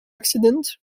accident